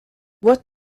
what